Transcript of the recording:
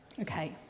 okay